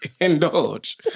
indulge